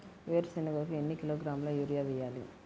వేరుశనగకు ఎన్ని కిలోగ్రాముల యూరియా వేయాలి?